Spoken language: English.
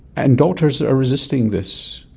and doctors are resisting this,